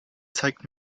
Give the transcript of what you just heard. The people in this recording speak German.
zeigt